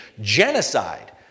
genocide